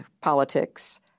politics